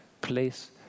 place